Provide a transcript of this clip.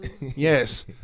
Yes